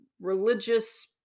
religious